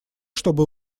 чтобы